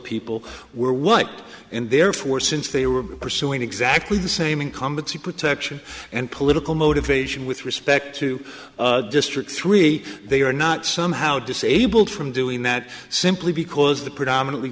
people were white and therefore since they were pursuing exactly the same incumbency protection and political motivation with respect to district three they are not somehow disabled from doing that simply because the predominately